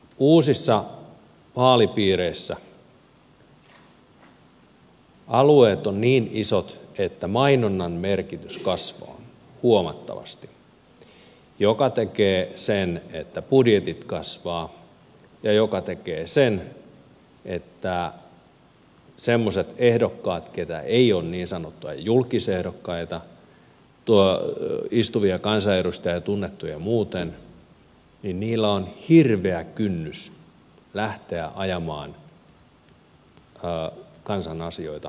uusissa vaalipiireissä alueet ovat niin isot että mainonnan merkitys kasvaa huomattavasti mikä tekee sen että budjetit kasvavat ja mikä tekee sen että semmoisilla ehdokkailla ketkä eivät ole niin sanottuja julkkisehdokkaita istuvia kansanedustajia tai tunnettuja muuten on hirveä kynnys lähteä ajamaan kansan asioita kansanedustajana